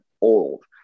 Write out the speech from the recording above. old